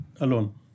Alone